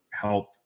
help